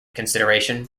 consideration